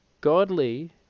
godly